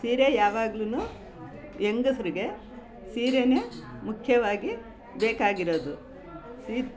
ಸೀರೆ ಯಾವಾಗ್ಲೂ ಹೆಂಗಸ್ರಿಗೆ ಸೀರೆಯೇ ಮುಖ್ಯವಾಗಿ ಬೇಕಾಗಿರೋದು ಸೀ